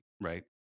right